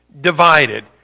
divided